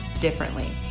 differently